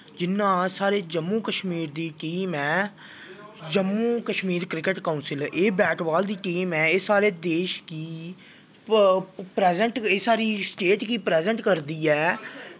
जि'यां साढ़े जम्मू कश्मीर दी टीम ऐ जम्मू कश्मीर क्रिकेट कोंसिल एह् बैट बाल दी टीम ऐ एह् साढ़े देश गी पराजैंट एह् साढ़ी स्टेट गी पराज़ैंट करदी